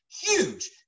huge